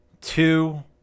two